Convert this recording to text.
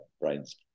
brain's